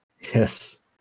Yes